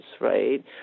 right